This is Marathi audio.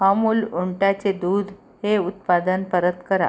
अमूल उंटाचे दूध हे उत्पादन परत करा